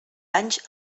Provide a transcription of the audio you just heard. anys